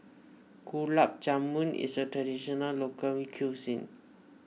Gulab Jamun is a traditional local re